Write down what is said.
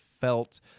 felt